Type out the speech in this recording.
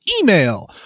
email